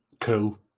cool